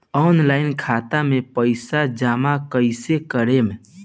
Online खाता मे पईसा जमा कइसे करेम?